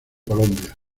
colombia